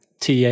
TA